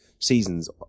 Seasons